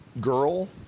girl